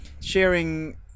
sharing